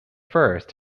first